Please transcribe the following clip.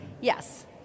Yes